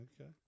okay